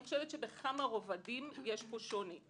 בכמה רבדים יש פה שוני.